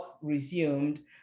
resumed